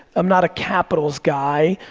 i'm not a capitals guy,